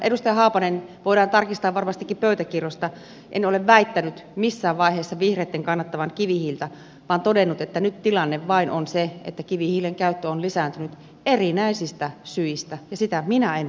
edustaja haapanen voidaan tarkistaa varmastikin pöytäkirjoista en ole väittänyt missään vaiheessa vihreitten kannattavan kivihiiltä vaan todennut että nyt tilanne vain on se että kivihiilen käyttö on lisääntynyt erinäisistä syistä ja sitä minä en voi kannattaa